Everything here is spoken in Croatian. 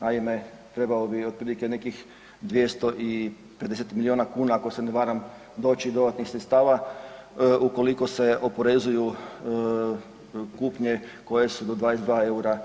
Naime trebalo bi otprilike nekih 200 i 50 milijuna kuna ako se ne varam doći dodatnih sredstava ukoliko se oporezuju kupnje koje su do 22 eura